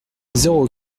zéro